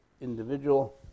individual